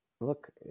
Look